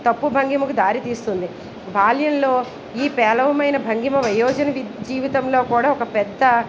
తప్పు భంగిమకు దారితీస్తుంది బాల్యంలో ఈ పేలవమైన భంగిమ వయోజన జీవితంలో కూడా ఒక పెద్ద